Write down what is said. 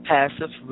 Passive